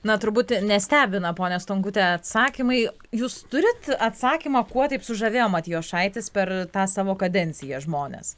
na turbūt nestebina ponia stankute atsakymai jūs turit atsakymą kuo taip sužavėjo matijošaitis per tą savo kadenciją žmones